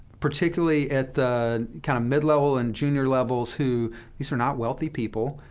particularly at kind of midlevel and junior levels, who these are not wealthy people.